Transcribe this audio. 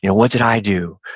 you know what did i do?